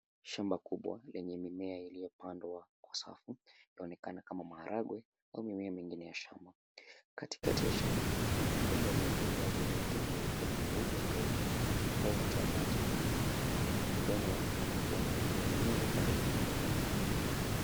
Shamba kubwa, lenye mimea iliyopandwa safu, inaonekana kama maharagwe au mimea mingine ya shamba. Katikati ya shamba, kuna mfumo wa umwagiliaji unaotumia mfumo mweupe mrefu, ambao unatoa maji kwenye mimea. Udongo uonekana kuwa na unyevunyevu karibu na mimea.